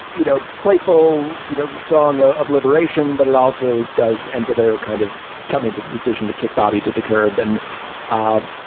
you know, playful you know song ah of liberation. but it also does end with her kind of come into the decision to kick bobby to the curb and um